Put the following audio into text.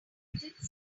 infected